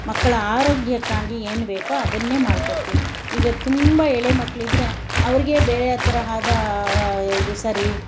ಮಕ್ಕಳ ಆರೋಗ್ಯಕ್ಕಾಗಿ ಏನು ಬೇಕೊ ಅದನ್ನೇ ಮಾಡ್ಕೊಡ್ತೀವಿ ಈಗ ತುಂಬ ಎಳೆ ಮಕ್ಕಳಿದ್ರೆ ಅವರಿಗೆ ಬೇರೆ ಥರ ಆದ ಇದು ಸರಿ